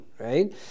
Right